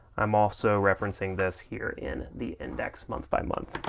i'm also referencing this here in the index month by month.